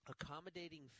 accommodating